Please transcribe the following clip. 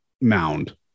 mound